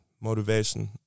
motivation